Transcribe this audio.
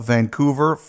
Vancouver